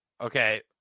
Okay